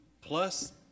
Plus